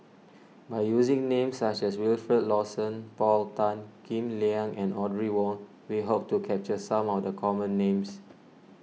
by using names such as Wilfed Lawson Paul Tan Kim Liang and Audrey Wong we hope to capture some of the common names